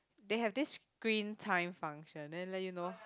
they have this screen time function then let you know